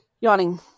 Yawning